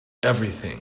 everything